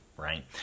right